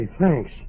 thanks